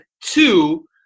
two